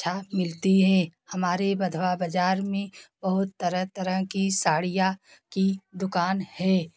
अच्छा मिलती है हमारे बधवा बजार में बहुत तरह तरह की साड़ियाँ की दुकान है